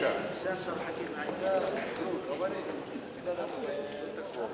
הצעת החוק הזו אינה ראויה לחלוטין.